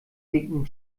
dicken